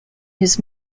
his